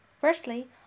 Firstly